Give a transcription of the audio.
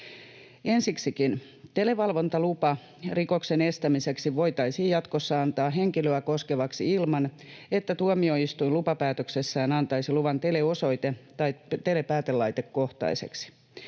Ensiksikin televalvontalupa rikoksen estämiseksi voitaisiin jatkossa antaa henkilöä koskevaksi ilman, että tuomioistuin lupapäätöksessään antaisi luvan teleosoite- tai telepäätelaitekohtaisesti.